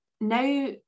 now